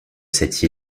ceste